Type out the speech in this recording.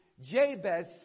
Jabez